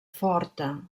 forta